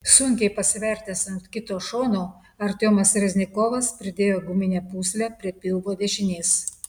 sunkiai pasivertęs ant kito šono artiomas reznikovas pridėjo guminę pūslę prie pilvo dešinės